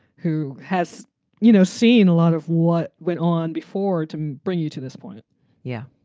who has you know seen a lot of what went on before to bring you to this point yeah.